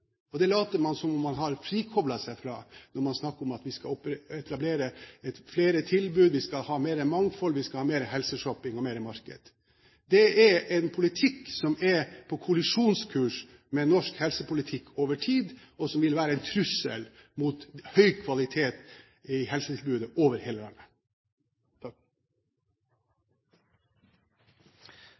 og det later man som om man har frikoblet seg fra når man snakker om at vi skal etablere flere tilbud, vi skal ha mer mangfold, vi skal ha mer helseshopping og mer marked. Dét er en politikk som er på kollisjonskurs med norsk helsepolitikk over tid, og som vil være en trussel mot høy kvalitet i helsetilbudet over hele landet.